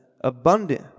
abundant